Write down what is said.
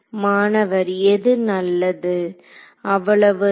மாணவர் எது நல்லது அவ்வளவுதான்